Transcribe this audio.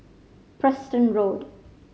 Preston Road